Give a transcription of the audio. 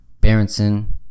Berenson